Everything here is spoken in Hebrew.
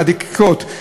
כל מעונות היום,